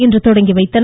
இன்று தொடங்கி வைத்தனர்